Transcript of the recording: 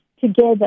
together